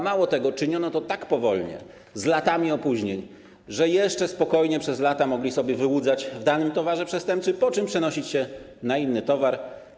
Mało tego, czyniono to tak powoli, z latami opóźnień, że jeszcze spokojnie przez lata mogli sobie wyłudzać w danym towarze przestępczym, po czym przenosić się na inny towar.